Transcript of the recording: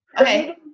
Okay